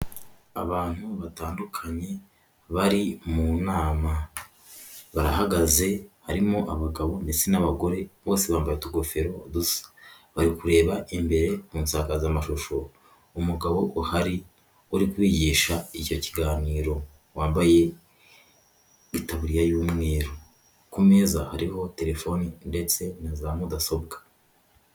Abantu batandukanye bari mu nama, barahagaze, harimo abagabo ndetse n'abagore, bose bambaye utugofero dusa. Bari kureba imbere mu nsakazamashusho, umugabo uhari uri kubigisha icyo kiganiro wambaye itaburiya y'umweru. Ku meza hariho terefoni ndetse na za mudasobwa.